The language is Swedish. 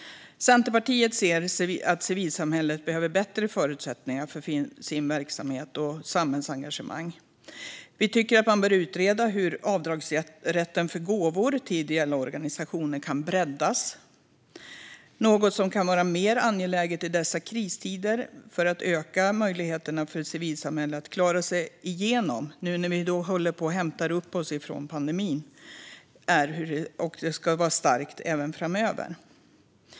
Centerpartiet ser att civilsamhället behöver bättre förutsättningar för sin verksamhet och sitt samhällsengagemang. Vi tycker att man bör utreda hur avdragsrätten för gåvor till ideella organisationer kan breddas, något som kan vara än mer angeläget i dessa kristider för att öka möjligheterna för civilsamhället att klara sig igenom pandemin, som vi nu håller på och hämtar upp oss från, och vara starkt även framöver.